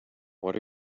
what